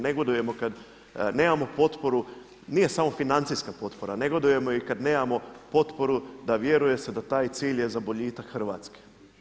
Negodujemo kada nemamo potporu, nije samo financijska potpora, negodujemo i kada nemamo potporu da vjeruje se da taj cilj je za boljitak Hrvatske.